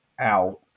out